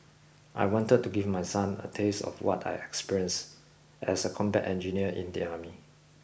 I wanted to give my son a taste of what I experienced as a combat engineer in the army